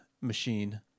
machine